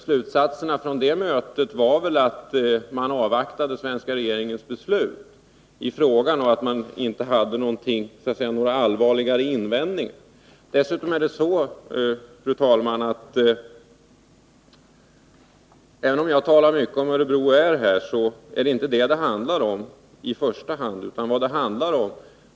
Slutsatserna från det mötet var att man avvaktade den svenska regeringens beslut i frågan och att man inte hade någon allvarligare invändning. Även om jag nämner Örebro Air är det inte företaget som det i första hand handlar om.